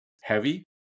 heavy